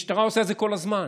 המשטרה עושה את זה כל הזמן.